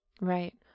Right